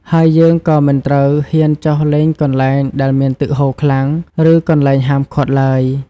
ហើយយើងក៏មិនត្រូវហ៊ានចុះលេងកន្លែងដែលមានទឹកហូរខ្លាំង ឬកន្លែងហាមឃាត់ឡើយ។